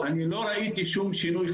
אני לא ראיתי שום שינוי,